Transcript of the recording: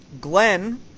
Glenn